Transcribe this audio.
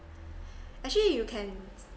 actually you can